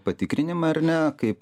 patikrinimai ar ne kaip